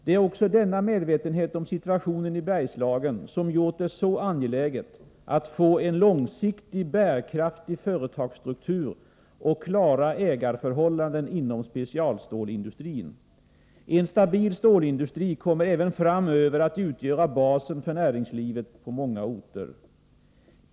Det är också denna medvetenhet om situationen i Bergslagen som har gjort det så angeläget att få en långsiktigt bärkraftig företagsstruktur och klara ägarförhållanden inom specialstålsindustrin. En stabil stålindustri kommer även framöver att utgöra basen för näringslivet på många orter.